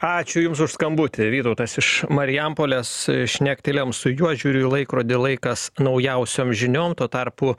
ačiū jums už skambutį vytautas iš marijampolės šnektelėjome su juo žiūriu į laikrodį laikas naujausiom žiniom tuo tarpu